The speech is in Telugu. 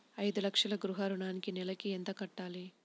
ఐదు లక్షల గృహ ఋణానికి నెలకి ఎంత కట్టాలి?